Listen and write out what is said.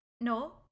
No